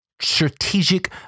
Strategic